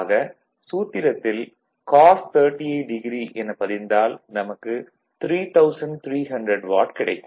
ஆக சூத்திரத்தில் cos 38o என பதிந்தால் நமக்கு 3300 வாட் கிடைக்கும்